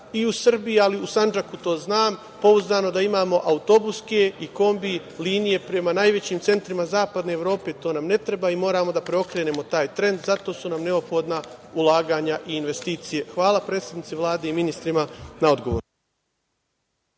i u Srbiji, ali i u Sandžaku, to znam pouzdano, imamo autobuske i kombi linije prema najvećim centrima zapadne Evrope. To nam ne treba i moramo da preokrenemo taj trend i zato su nam neophodna ulaganja i investicije. Hvala, predsednici Vlade i ministrima na odgovoru.